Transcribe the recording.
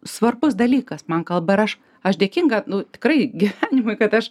svarbus dalykas man kalba ir aš aš dėkinga nu tikrai gyvenimui kad aš